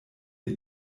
ihr